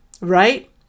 right